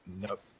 nope